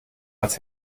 als